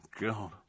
god